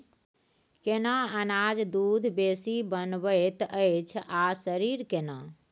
केना अनाज दूध बेसी बनबैत अछि आ शरीर केना?